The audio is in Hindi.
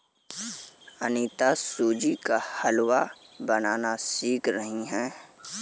अनीता सूजी का हलवा बनाना सीख रही है